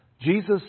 Jesus